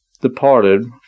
departed